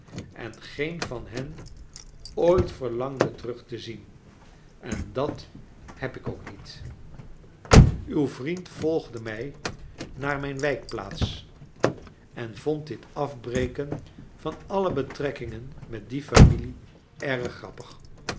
en geen van hen ooit verlangde terug te zien en dat heb ik ook niet kleine doriut uw vriend volgcle mij naar mijn wijkplaats en vond dib afbreken van alle betrekkingen met die familie erg grappig